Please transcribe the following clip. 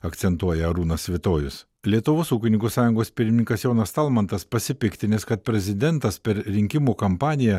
akcentuoja arūnas svitojus lietuvos ūkininkų sąjungos pirmininkas jonas talmantas pasipiktinęs kad prezidentas per rinkimų kampaniją